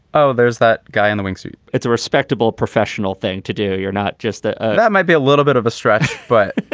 oh, there's that guy in the wings it's a respectable professional thing to do. you're not just that. ah that might be a little bit of a stretch, but